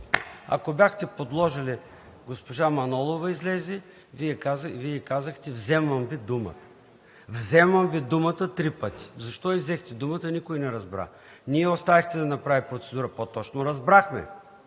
Ако бяхте подложили – госпожа Манолова излезе и Вие ѝ казахте: „Вземам Ви думата.“ „Вземам Ви думата“ – три пъти. Защо ѝ взехте думата, никой не разбра. Не я оставихте да направи процедура. По-точно разбрахме